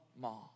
mom